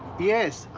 yes,